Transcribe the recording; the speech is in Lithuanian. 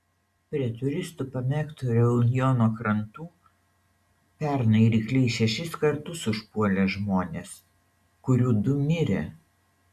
prie turistų pamėgto reunjono krantų pernai rykliai šešis kartus užpuolė žmones kurių du mirė